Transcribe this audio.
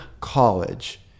college